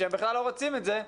שהם בכלל לא רוצים את זה,